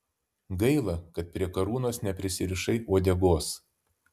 gaila kad prie karūnos neprisirišai uodegos